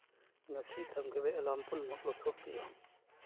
ꯉꯁꯤ ꯊꯝꯈꯤꯕ ꯑꯦꯂꯥꯝ ꯄꯨꯝꯅꯃꯛ ꯂꯧꯊꯣꯛꯄꯤꯌꯨ